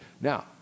Now